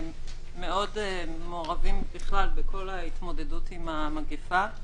מאוד מעורבים בכל ההתמודדות עם המגפה.